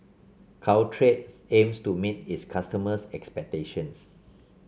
Caltrate aims to meet its customers' expectations